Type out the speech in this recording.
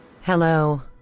Hello